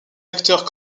acteurs